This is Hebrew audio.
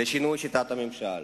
לשינוי שיטת הממשל,